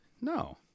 No